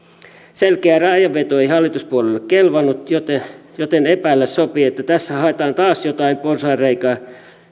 selkeä rajanveto ei hallituspuolueille kelvannut joten epäillä sopii että tässä haetaan taas jotain porsaanreikää